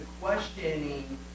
questioning